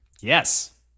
Yes